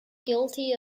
guilty